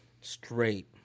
straight